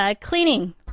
cleaning